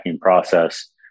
process